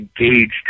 engaged